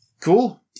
cool